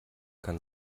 kann